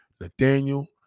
Nathaniel